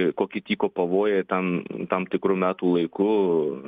koki tyko pavojai tam tam tikru metų laiku